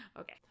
Okay